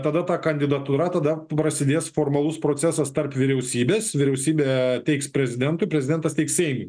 tada ta kandidatūra tada prasidės formalus procesas tarp vyriausybės vyriausybė teiks prezidentui prezidentas teiks seimui